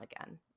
again